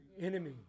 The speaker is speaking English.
enemy